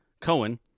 Cohen